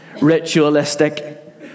ritualistic